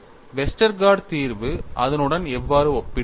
Westergaard தீர்வு அதனுடன் எவ்வாறு ஒப்பிடுகிறது